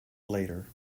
later